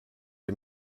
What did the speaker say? les